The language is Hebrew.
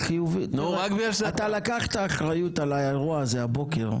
אתה לקחת אחריות על האירוע הזה הבוקר,